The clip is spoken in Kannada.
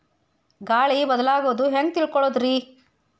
ಗಾಳಿ ಬದಲಾಗೊದು ಹ್ಯಾಂಗ್ ತಿಳ್ಕೋಳೊದ್ರೇ?